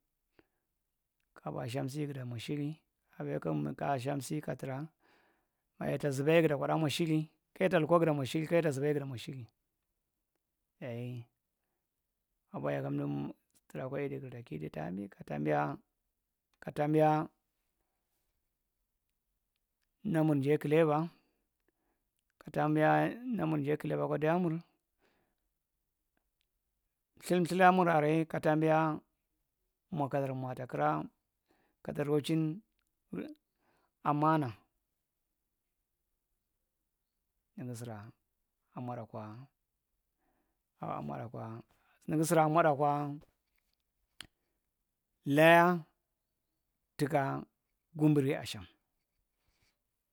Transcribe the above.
Kaɓu ashamsi gida mmwa shiri aɓwa hiya ka askam si katira maya ta zubaye gida kwadaaa mwa shiri keyeta luka giɗɗa mwa shiri kayeta zuba ye guda mwa shiri dayi aɓwaliya kandu trakwa idi gida kidu tambi katambiya namur njae kileba kkataambiya katambiya nanur njae kileba akwa ideamur lthil lthlaa mur arreye kataabiya mwa kadar mwa takira kadar rochin, ammana nigi rira amwaɗa kwa a’a moda kwa nigi sira ammada kwa laya tuka gumbiri asham.